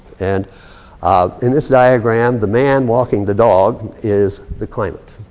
and in this diagram, the man walking the dog, is the climate.